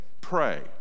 pray